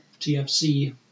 TFC